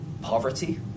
poverty